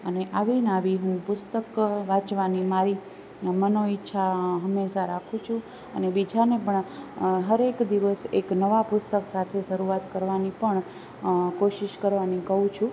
અને આવિન આવિન હું પુસ્તક વાંચવાની મારી મનો ઈચ્છા હંમેશા રાખું છું અને બીજાને પણ હરેક દિવસ એક નવા પુસ્તક સાથે શરૂઆત કરવાની પણ કોશિષ કરવાની કહું છું